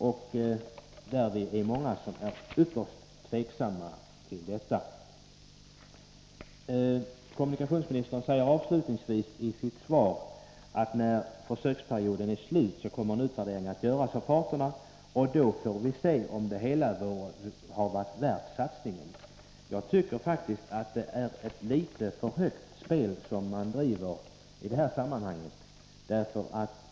Vi är många som ställer oss frågande till detta. Kommunikationsministern säger avslutningsvis i sitt svar att en utvärdering kommer att göras av parterna när försöksperioden är slut och att vi då får se om det hela har varit värt satsningen. Jag tycker faktiskt att det är ett litet för högt spel man spelar i det här sammanhanget.